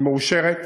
היא מאושרת,